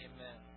Amen